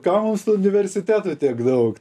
kam mums tų universitetų tiek daug